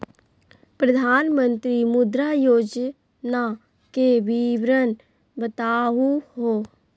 प्रधानमंत्री मुद्रा योजना के विवरण बताहु हो?